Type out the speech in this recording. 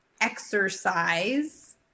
exercise